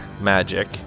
Magic